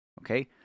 okay